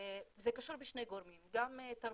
זה קשור בשני גורמים, גם תרבותית,